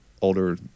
older